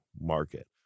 market